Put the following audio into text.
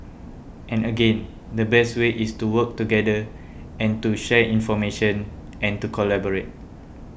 and again the best way is to work together and to share information and to collaborate